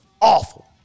awful